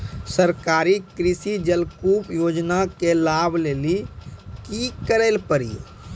सरकारी कृषि जलकूप योजना के लाभ लेली सकै छिए?